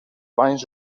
banys